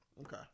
Okay